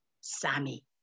Sammy